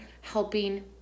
helping